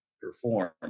perform